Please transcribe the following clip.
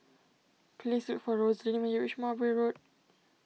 please look for Rosaline when you reach Mowbray Road